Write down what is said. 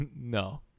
no